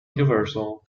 universal